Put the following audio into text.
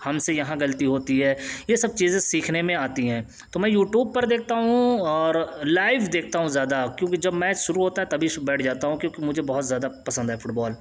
ہم سے یہاں غلطی ہوتی ہے یہ سب چیزیں سیکھنے میں آتی ہیں تو میں یوٹوب پر دیکھتا ہوں اور لائیو دیکھتا ہوں زیادہ کیوںکہ جب میچ شروع ہوتا تبھی بیٹھ جاتا ہوں کیوںکہ مجھے بہت زیادہ پسند ہے فٹ بال